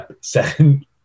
second